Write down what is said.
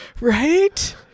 right